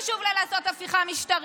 חשוב לה לעשות הפיכה משטרית,